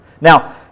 Now